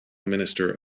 minister